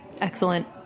excellent